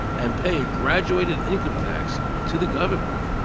and pay graduated income tax to the governemnt.